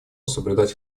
соблюдать